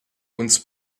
uns